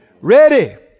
Ready